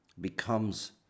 becomes